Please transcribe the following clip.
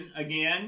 again